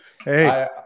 Hey